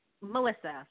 Melissa